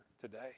today